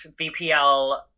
vpl